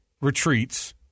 retreats